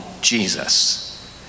Jesus